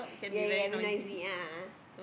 ya ya very noisy ah ah ah